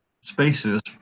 spaces